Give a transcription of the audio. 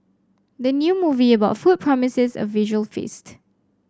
the new movie about food promises a visual feast